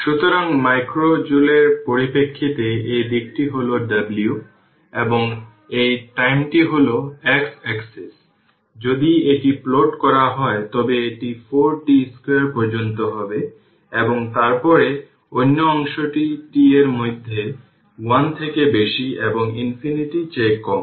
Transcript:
সুতরাং মাইক্রো জুলের পরিপ্রেক্ষিতে এই দিকটি হল W এবং এই টাইমটি হল x এক্সিস যদি এটি প্লট করা হয় তবে এটি 4 t 2 পর্যন্ত হবে এবং তারপরে অন্য অংশটি t এর মধ্যে 1 থেকে বেশি এবং ইনফিনিটি চেয়ে কম